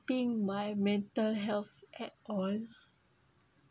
my mental health at all